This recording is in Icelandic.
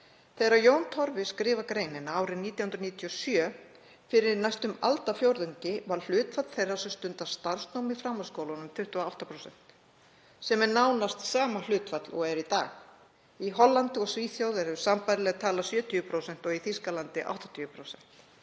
Þegar Jón Torfi skrifaði greinina árið 1997, fyrir næstum aldarfjórðungi, var hlutfall þeirra sem stunda starfsnám í framhaldsskólum 28%, sem er nánast sama hlutfall og er í dag. Í Hollandi og Svíþjóð er sambærileg tala 70% og í Þýskalandi 80%.